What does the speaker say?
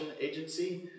agency